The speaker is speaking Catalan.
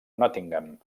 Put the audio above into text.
nottingham